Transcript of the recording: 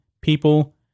people